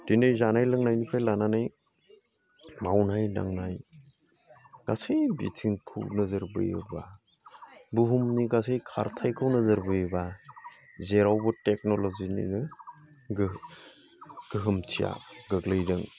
दिनै जानाय लोंनायनिफ्राय लानानै मावनाय दांनाय गासै बिथिंखौ नोजोरबोयोब्ला बुहुमनि गासै खारथायखौ नोजोरबोयोब्ला जेरावबो टेकन'ल'जिनिनो गोहो गोहोमथिया गोग्लैदों